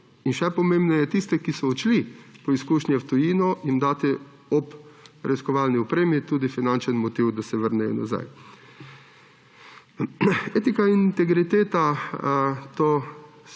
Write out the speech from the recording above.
in še pomembneje, tiste, ki so odšli po izkušnje v tujino, jim dati ob raziskovalni opremi tudi finančni motiv, da se vrnejo nazaj. Etika in integriteta to sta